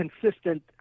consistent